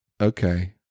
Okay